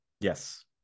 yes